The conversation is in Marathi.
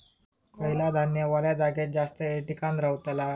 खयला धान्य वल्या जागेत जास्त येळ टिकान रवतला?